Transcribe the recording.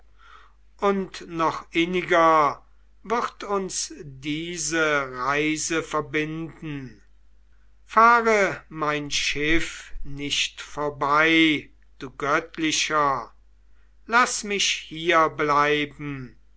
und noch inniger wird uns diese reise verbinden fahre mein schiff nicht vorbei du göttlicher laß mich hier bleiben